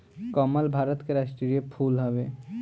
कमल भारत के राष्ट्रीय फूल हवे